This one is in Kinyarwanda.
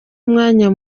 mwanya